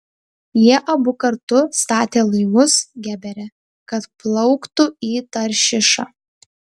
jie abu kartu statė laivus gebere kad plauktų į taršišą